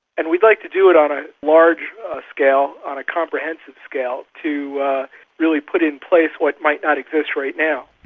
and we'd like to do it on a large scale, on a comprehensive scale to really put in place what might not exist right now.